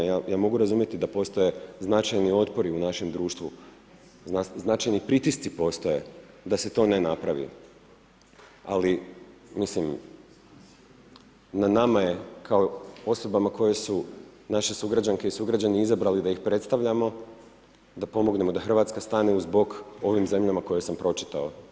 Ja mogu razumjeti da postoje značajni otpori u našem društvu, značajni pritisci postoje da se to ne napravi ali mislim na nama je kao osobama koje su naše sugrađanke i sugrađani izabrali da ih predstavljamo, da pomognemo da Hrvatska stane uz bok ovim zemljama koje sam pročitao.